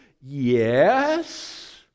Yes